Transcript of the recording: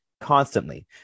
constantly